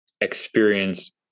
experienced